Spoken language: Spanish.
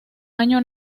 año